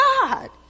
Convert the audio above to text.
God